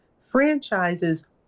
Franchises